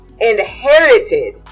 inherited